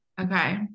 Okay